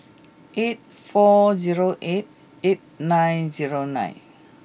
eight four zero eight eight nine zero nine